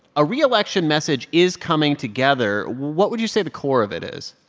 a re-election message is coming together. what would you say the core of it is?